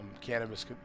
cannabis